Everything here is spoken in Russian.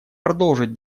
продолжить